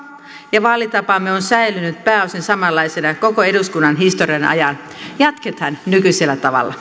ja vaalitapamme on säilynyt pääosin samanlaisena koko eduskunnan historian ajan jatketaan nykyisellä tavalla